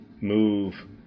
move